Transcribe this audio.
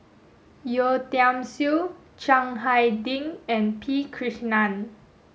Yeo Tiam Siew Chiang Hai Ding and P Krishnan